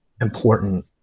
important